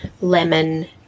lemon